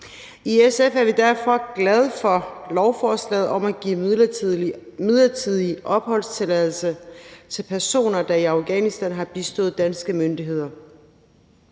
I SF er vi derfor glade for lovforslaget om at give midlertidig opholdstilladelse til personer, der i Afghanistan har bistået danske myndigheder,